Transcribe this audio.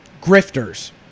grifters